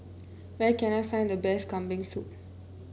where can I find the best Kambing Soup